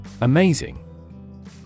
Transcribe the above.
Amazing